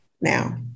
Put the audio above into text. now